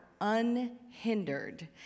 unhindered